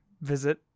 visit